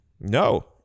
No